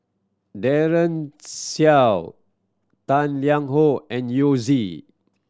Daren Shiau Tang Liang Hong and Yao Zi